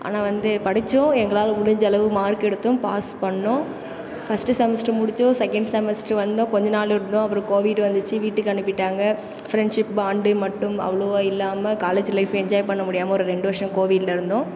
ஆனால் வந்து படிச்சோம் எங்களால் முடிஞ்சளவு மார்க் எடுத்தோம் பாஸ் பண்ணோம் ஃபர்ஸ்ட்டு செமஸ்டர் முடிச்சோம் செகண்ட் செமஸ்டர் வந்தோம் கொஞ்ச நாள் இருந்தோம் அப்புறம் கோவிட் வந்துச்சு வீட்டுக்கு அனுப்பிவிட்டாங்க ஃப்ரெண்ட்ஷிப் பாண்டு மட்டும் அவ்ளோவாக இல்லாமல் காலேஜ் லைஃப் என்ஜாய் பண்ண முடியாமல் ஒரு ரெண்டு வருஷம் கோவிட்டில் இருந்தோம்